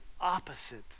opposite